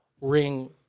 ring